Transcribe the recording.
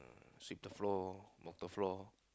sweep the floor mop the floor